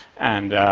and